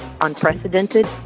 unprecedented